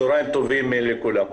צהריים טובים לכולם,